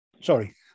sorry